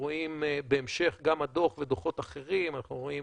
גם בהמשך הדוח ובדוחות אחרים אנחנו רואים